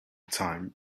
time